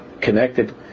connected